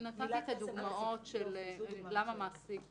אני אקריא את הנוסח החדש של סעיף 38